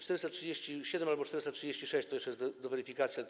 437 albo 436, to jest jeszcze do weryfikacji, ale to